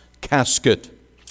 casket